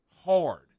hard